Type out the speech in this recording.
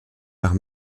par